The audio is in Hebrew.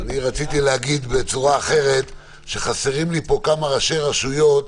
רציתי להגיד בצורה אחרת שחסרים לי פה כמה ראשי רשויות,